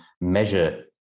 measure